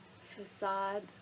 facade